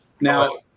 now